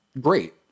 great